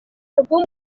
album